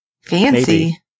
Fancy